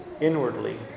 inwardly